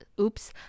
oops